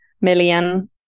million